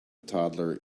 toddler